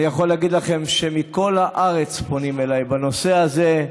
אני יכול להגיד לכם שמכל הארץ פונים אליי בנושא הזה,